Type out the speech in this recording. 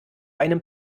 einem